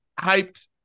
hyped